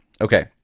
Okay